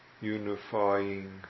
unifying